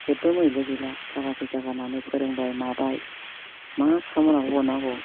जेबो मैलु गैला थाखा फैसा गारनानै फोरोंबाय माबाय मा खालामनानै हरनांगौ